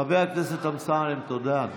חבר הכנסת אמסלם, תודה.